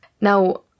Now